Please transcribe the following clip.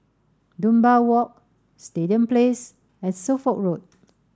Dunbar Walk Stadium Place and Suffolk Road